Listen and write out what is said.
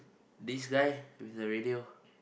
this guy with the radio